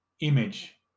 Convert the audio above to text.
image